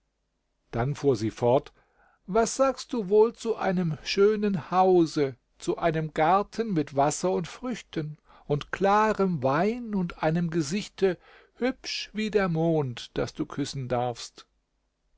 dann fuhr sie fort was sagst du wohl zu einem schönen hause zu einem garten mit wasser und früchten und klarem wein und einem gesichte hübsch wie der mond das du küssen darfst